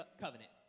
covenant